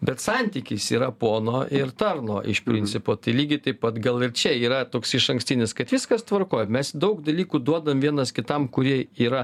bet santykis yra pono ir tarno iš principo tai lygiai taip pat gal ir čia yra toks išankstinis kad viskas tvarkoj mes daug dalykų duodam vienas kitam kurie yra